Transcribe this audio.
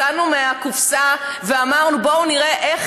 יצאנו מהקופסה ואמרנו: בואו נראה איך